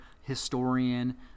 historian